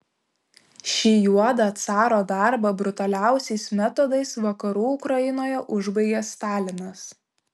šį juodą caro darbą brutaliausiais metodais vakarų ukrainoje užbaigė stalinas